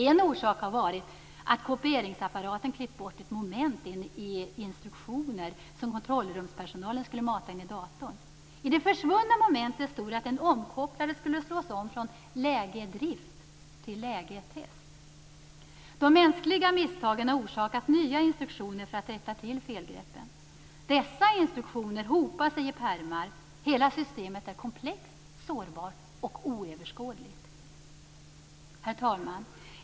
En orsak har varit att kopieringsapparaten klippt bort ett moment i instruktioner som kontrollrumspersonalen skulle mata in i datorn. I De mänskliga misstagen har orsakat nya instruktioner för att rätta till felgreppen. Dessa instruktioner hopar sig i pärmar. Hela systemet är komplext, sårbart och oöverskådligt. Herr talman!